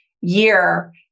year